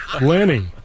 Lenny